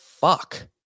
fuck